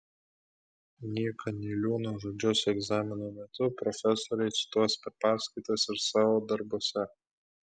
nyka niliūno žodžius egzamino metu profesoriai cituos per paskaitas ir savo darbuose